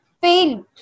fail